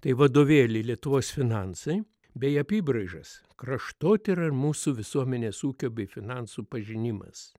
tai vadovėlį lietuvos finansai bei apybraižas kraštotyra ir mūsų visuomenės ūkio bei finansų pažinimas